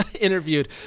interviewed